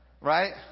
Right